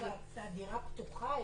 הדירה פתוחה?